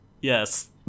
Yes